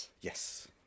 Yes